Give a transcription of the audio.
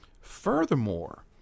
Furthermore